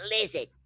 Lizard